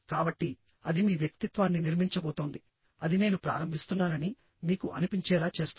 కాబట్టిఅది మీ వ్యక్తిత్వాన్ని నిర్మించబోతోంది అది నేను ప్రారంభిస్తున్నానని మీకు అనిపించేలా చేస్తుంది